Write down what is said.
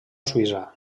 suïssa